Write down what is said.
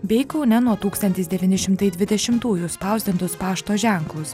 bei kaune nuo tūkstantis devyni šimtai dvidešimtųjų spausdintus pašto ženklus